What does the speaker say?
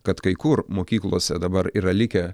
kad kai kur mokyklose dabar yra likę